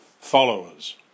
followers